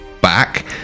back